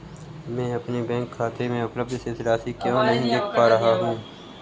मैं अपने बैंक खाते में उपलब्ध शेष राशि क्यो नहीं देख पा रहा हूँ?